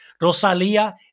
Rosalia